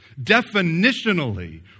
definitionally